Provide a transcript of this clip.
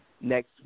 Next